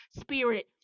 spirit